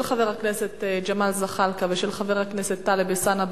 של חבר הכנסת ג'מאל זחאלקה ושל חבר הכנסת טלב אלסאנע,